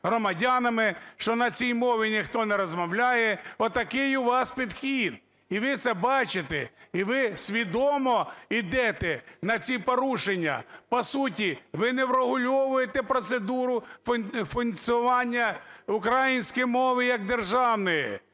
громадянами, що на цій мові ніхто не розмовляє, отакий у вас підхід і ви це бачите, і ви свідомо ідете на ці порушення. По суті, ви не врегульовуєте процедуру функціонування української мови як державної,